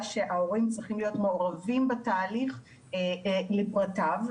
שההורים צריכים להיות מעורבים בתהליך לפרטיו.